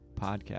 podcast